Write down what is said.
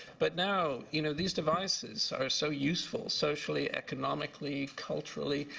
but now you know these devices are so useful, socially, economically, culturally,